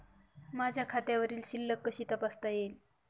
माझ्या खात्यावरील शिल्लक कशी तपासता येईल?